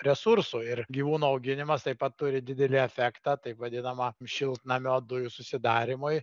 resursų ir gyvūnų auginimas taip pat turi didelį efektą taip vadinamą šiltnamio dujų susidarymui